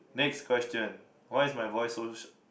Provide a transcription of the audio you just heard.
next question why is my voice so